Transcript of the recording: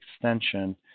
extension